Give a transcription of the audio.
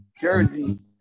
jersey